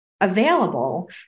available